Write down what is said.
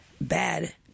bad